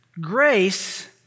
grace